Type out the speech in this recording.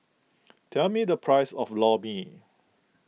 tell me the price of Lor Mee